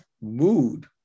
mood